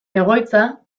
egoitza